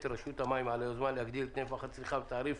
רשות המים על היוזמה להגדיל את נפח הצריכה בתעריף